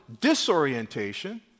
disorientation